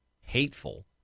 hateful